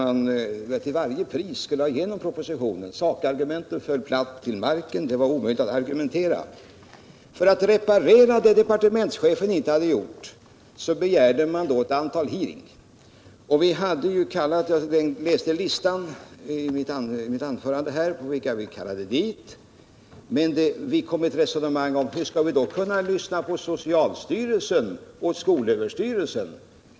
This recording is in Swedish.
Man ville till varje pris ha igenom propositionen, och sakargumenten föll platt till marken — det var omöjligt att få majoriteten att möta våra argument. För att kompensera det som departementschefen inte hade gjort begärdes ett antal hearings. I mitt anförande läste jag upp listan över vilka vi kallade till utskottet. Det blev senare ett resonemang om hur vi skulle kunna lyssna på socialstyrelsen och skolöverstyrelsen.